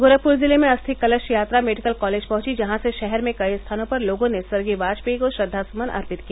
गोरखपुर जिले में अस्थि कलश यात्रा मेडिकल कॉलेज पहुंची जहां से शहर कई स्थानों पर लोगों ने स्वर्गीय वाजपेयी को श्रद्वासमुन अर्पित किया